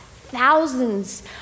thousands